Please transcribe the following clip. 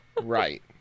right